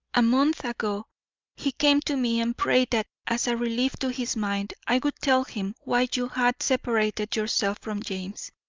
a month ago he came to me and prayed that as a relief to his mind i would tell him why you had separated yourself from james.